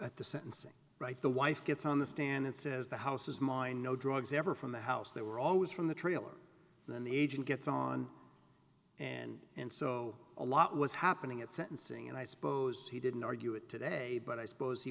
at the sentencing right the wife gets on the stand and says the house is mine no drugs ever from the house they were always from the trailer then the agent gets on and and so a lot was happening at sentencing and i suppose he didn't argue it today but i suppose he